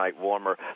warmer